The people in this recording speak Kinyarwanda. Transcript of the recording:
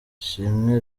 ishimwe